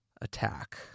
attack